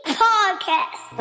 podcast